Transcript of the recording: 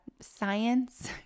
science